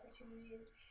opportunities